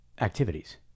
activities